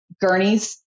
gurneys